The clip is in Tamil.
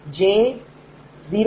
0 j0